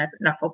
enough